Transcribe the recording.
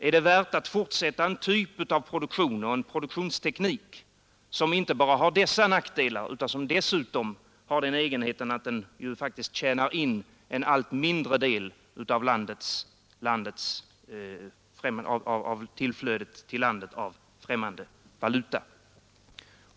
Är det värt att fortsätta med en typ av produktion och en produktionsteknik som inte har inte bara dessa nackdelar utan dessutom har den egenheten att den faktiskt tjänar in en allt mindre del av tillflödet till landet av främmande valuta?